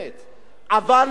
אבל בצורה מאוזנת,